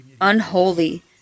unholy